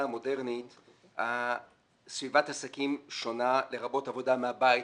המודרנית סביבת עסקים שונה לרבות עבודה מהבית,